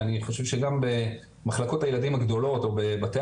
ואני חושב שגם במחלקות הילדים הגדולות או בבתי